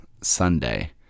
Sunday